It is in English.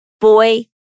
boy